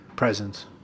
presence